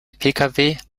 pkw